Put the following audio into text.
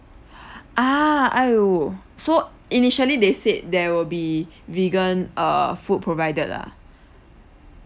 ah !aiyo! so initially they said there will be vegan err food provided ah